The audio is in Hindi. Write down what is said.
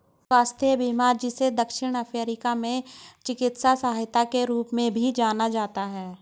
स्वास्थ्य बीमा जिसे दक्षिण अफ्रीका में चिकित्सा सहायता के रूप में भी जाना जाता है